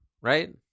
right